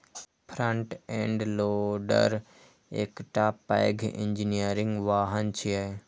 front end loader एकटा पैघ engineering वाहन छियै